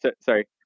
Sorry